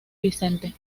vicente